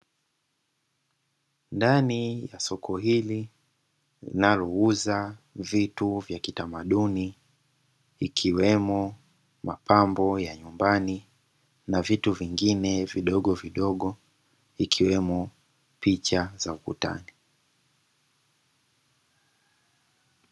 Ndani ya soko hili linalouza vitu vya kitamaduni ikiwemo mapambo ya nyumbani, na vitu vingine vidogo vidogo ikiwemo picha za ukutani.